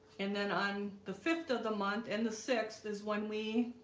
and then on the fifth of the month and the sixth is when we